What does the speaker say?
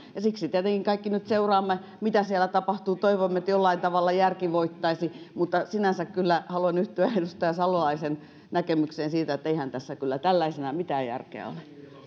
ja siksi tietenkin kaikki nyt seuraamme mitä siellä tapahtuu toivomme että jollain tavalla järki voittaisi mutta sinänsä kyllä haluan yhtyä edustaja salolaisen näkemykseen siitä että eihän tässä kyllä tällaisenaan mitään järkeä ole